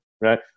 Right